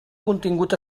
contingut